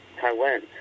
Taiwan